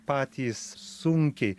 patys sunkiai